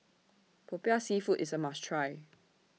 Popiah Seafood IS A must Try